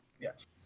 yes